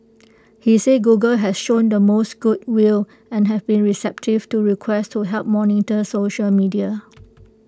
he said Google has shown the most good will and had been receptive to requests to help monitor social media